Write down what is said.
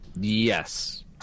Yes